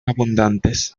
abundantes